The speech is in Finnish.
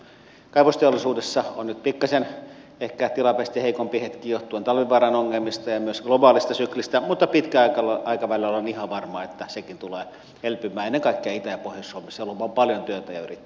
kaivosteollisuudessa on nyt ehkä tilapäisesti pikkasen heikompi hetki johtuen talvivaaran ongelmista ja myös globaalista syklistä mutta olen ihan varma että pitkällä aikavälillä sekin tulee elpymään ennen kaikkea itä ja pohjois suomessa siellä on vain paljon työtä ja yrittäjyyttä